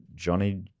Johnny